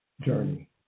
journey